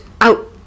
out